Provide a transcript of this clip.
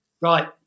Right